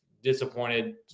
Disappointed